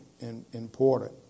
important